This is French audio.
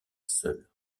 seule